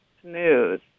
smooth